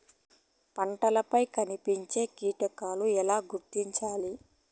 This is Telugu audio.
పంటలపై కనిపించే కీటకాలు ఎలా గుర్తించాలి?